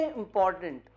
important